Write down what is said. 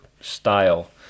style